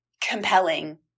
compelling